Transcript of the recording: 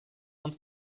uns